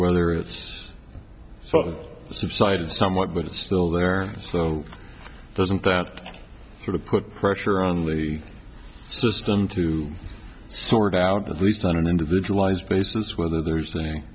whether it's just sort of subsided somewhat but it's still there and so doesn't that sort of put pressure on the system to sort out at least on an individualized basis whether there's